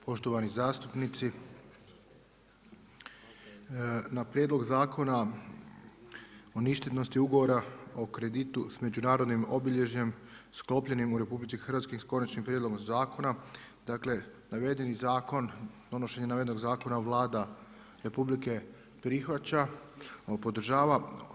Poštovani zastupnici, na Prijedlog zakona o ništetnosti ugovora o kreditu s međunarodnim obilježjem sklopljenim u RH s konačnim prijedlogom zakona, dakle navedeni zakon, donošenje navedenog zakona Vlada RH prihvaća, podržava.